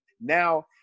Now